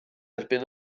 erbyn